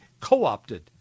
co-opted